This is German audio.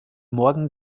morgen